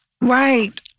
right